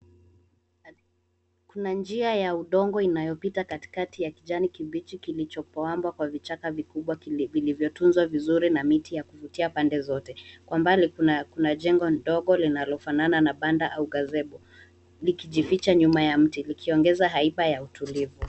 Kuna njia ya udongo inayopita katikati ya kijani kibichi kilichopambwa kwa vichaka vikubwa vilivyotunzwa vizuri na miti ya kuvutia pande zote. Kwa mbali kuna jengo ndogo linalofanana na banda au gazebo likijificha nyuma ya mti likiongeza haiba ya utulivu.